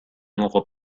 nuovo